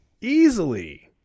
Easily